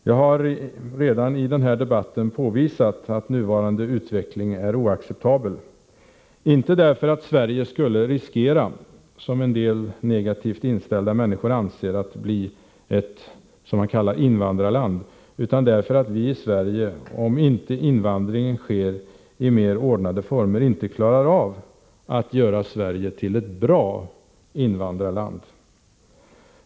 Jag har redan i denna debatt påvisat att nuvarande utveckling är oacceptabel — inte därför att Sverige skulle riskera att bli ett ”invandrarland”, som en del negativt inställda människor anser, utan därför att vi i Sverige, om inte invandringen sker i mer ordnade former, inte klarar av att göra Sverige till ett bra invandrarland.